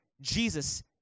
Jesus